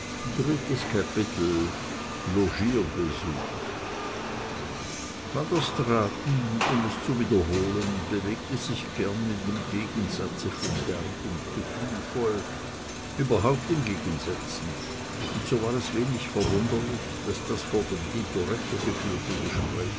logierbesuch van der straaten um es zu wiederholen bewegte sich gern in dem gegensatze von derb und gefühlvoll überhaupt in gegensätzen und so war es wenig verwunderlich daß das vor dem tintoretto geführte gespräch